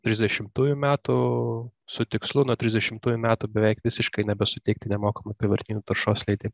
trisdešimtųjų metų su tikslu nuo trisdešimtųjų metų beveik visiškai nebesuteikti nemokamų apyvartinių taršos leidi